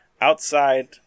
outside